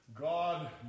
God